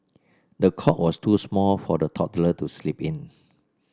the cot was too small for the toddler to sleep in